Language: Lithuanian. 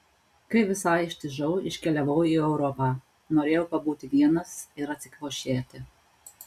kai visai ištižau iškeliavau į europą norėjau pabūti vienas ir atsikvošėti